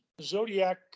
Zodiac